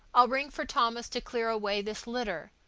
i'll ring for thomas to clear away this litter.